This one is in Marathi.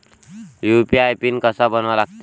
यू.पी.आय पिन कसा बनवा लागते?